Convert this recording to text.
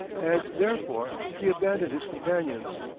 and therefore he abandoned his companions.